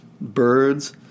Birds